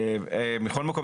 מקום,